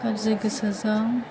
गाज्रि गोसोजों